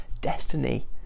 destiny